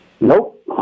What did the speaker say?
Nope